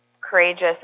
courageous